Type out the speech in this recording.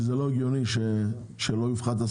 כי לא הגיוני שהסכום לא יופחת,